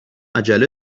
عجله